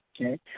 okay